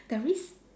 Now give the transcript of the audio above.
there is